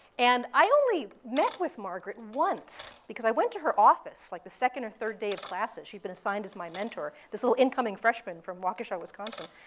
and i only met with margaret once because i went to her office like the second or third day of classes. she'd been assigned as my mentor, this little incoming freshman from waukesha, wisconsin.